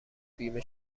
بیمه